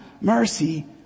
mercy